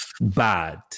bad